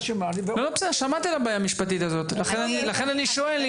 בסדר, שמעתי על הבעיה המשפטית הזאת, לכן אני שואל.